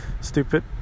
stupid